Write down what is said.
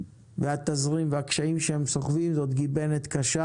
התזרים והקשיים שהם סוחבים זאת גיבנת קשה.